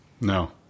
No